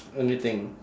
anything